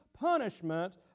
punishment